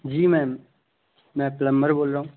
जी ma'am मैं plumber बोल रहा हूँ